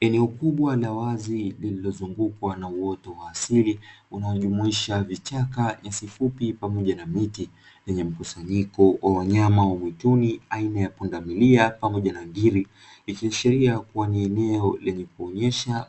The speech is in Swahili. Eneo kubwa na wazi lililozungukwa na uoto wa asili, unaojumuisha vichaka vifupi pamoja na mkusanyiko wa wanyama au mwituni aina ya pundamilia pamoja na tumbili, kuashiria ya kuwa ni eneo lenye kuonesha